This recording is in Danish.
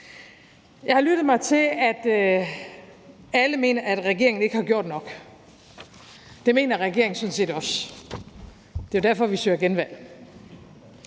Jeg har lyttet mig til, at alle mener, at regeringen ikke har gjort nok. Det mener regeringen sådan set også. Det er jo derfor, at vi søger genvalg.